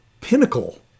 pinnacle